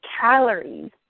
calories